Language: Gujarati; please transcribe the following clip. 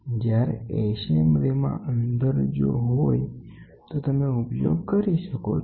જ્યારે એસેમ્બલી મા અંદર જો હોય તો તમે ઉપયોગ કરી શકો છો